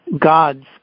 gods